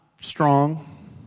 strong